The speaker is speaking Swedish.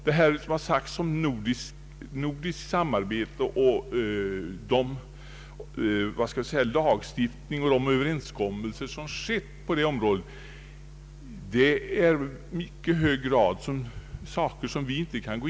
Vad som här anförts om nordiskt samarbete och om den lagstiftning och de överenskommelser som träffats på detta område kan vi i detta sammanhang inte gå in på.